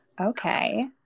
Okay